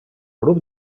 grup